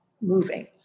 moving